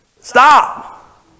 stop